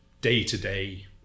day-to-day